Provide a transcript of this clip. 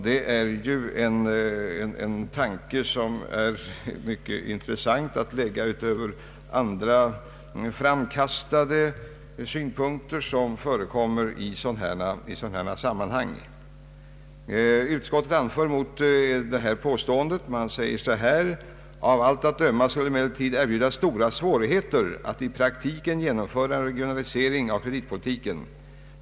Det är en mycket intressant tanke utöver dem som annars kastas fram i sådana här sammanhang. Utskottet anför mot det här påståendet: ”Av allt att döma skulle det emellertid erbjuda stora svårigheter att i praktiken genomföra en regionalisering av kreditpolitiken.